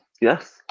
Yes